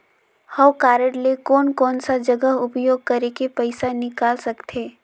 हव कारड ले कोन कोन सा जगह उपयोग करेके पइसा निकाल सकथे?